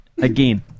again